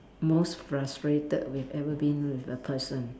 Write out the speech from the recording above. most frustrated we've ever been with a person